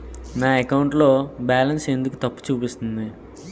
నా అకౌంట్ లో బాలన్స్ ఎందుకు తప్పు చూపిస్తుంది?